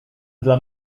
dla